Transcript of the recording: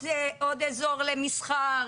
עוד אזור למסחר,